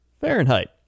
fahrenheit